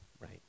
right